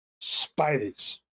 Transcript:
Spiders